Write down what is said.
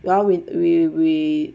well we we we